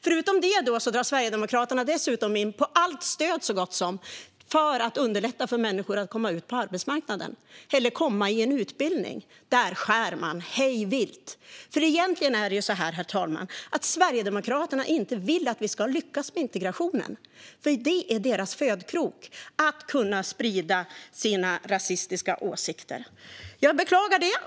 Förutom detta drar Sverigedemokraterna in på så gott som allt stöd för att underlätta för människor att komma ut på arbetsmarknaden eller att komma in på en utbildning. Där skär man ned hej vilt. Egentligen är det ju så, herr talman, att Sverigedemokraterna inte vill att vi ska lyckas med integrationen. Det är deras födkrok, och det är så de kan sprida sina rasistiska åsikter. Jag beklagar det.